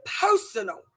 personal